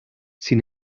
sin